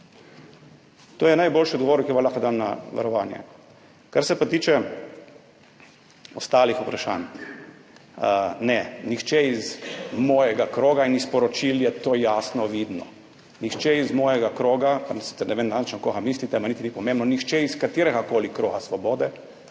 To je najboljši odgovor, ki ga lahko dam na varovanje. Kar se pa tiče ostalih vprašanj, ne, nihče iz mojega kroga, in iz poročil je to jasno vidno, nihče iz mojega kroga, pa sicer ne vem natančno, koga mislite, niti ni pomembno, nihče iz kateregakoli kroga Svobode